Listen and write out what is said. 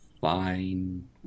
fine